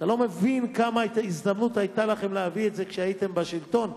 אתה לא מבין איזו הזדמנות היתה לכם להביא את זה כשהייתם בשלטון.